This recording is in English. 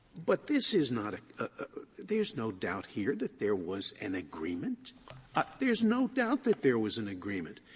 but this is not a there is no doubt here that there was an agreement. scalia ah there is no doubt that there was an agreement.